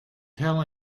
tell